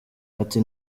ati